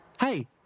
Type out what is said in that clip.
Hey